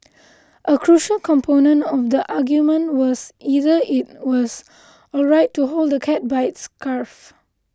a crucial component of the argument was whether it was alright to hold the cat by its scruff